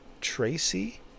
Tracy